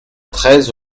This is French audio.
treize